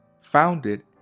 founded